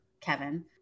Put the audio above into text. Kevin